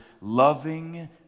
loving